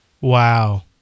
Wow